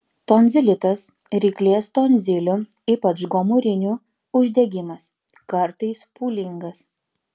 tonzilitas ryklės tonzilių ypač gomurinių uždegimas kartais pūlingas